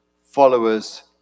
followers